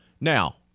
Now